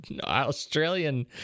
Australian